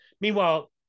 Meanwhile